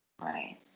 right